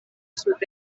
sud